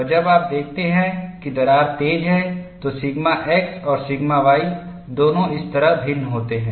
और जब आप देखते हैं कि दरार तेज है तो सिग्मा x और सिग्मा y दोनों इस तरह भिन्न होते हैं